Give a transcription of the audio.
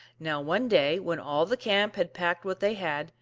now, one day when all the camp had packed what they had,